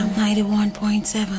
91.7